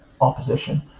opposition